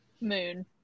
moon